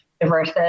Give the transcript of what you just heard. diverse